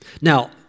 Now